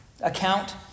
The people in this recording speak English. account